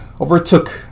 overtook